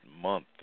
month